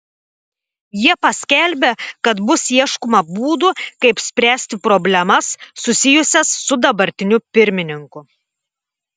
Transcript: jie paskelbė kad bus ieškoma būdų kaip spręsti problemas susijusias su dabartiniu pirmininku